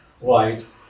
right